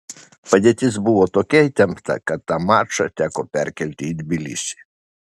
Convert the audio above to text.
padėtis buvo tokia įtempta kad tą mačą teko perkelti į tbilisį